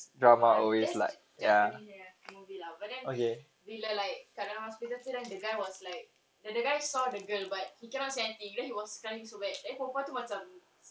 ah that's japanese punya movie lah but then bila like sekarang hospital tu then the guy was like the the guy saw the girl but he cannot say anything then he was crying so bad then perempuan tu macam